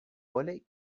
holly